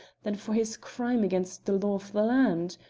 than for his crime against the law of the land.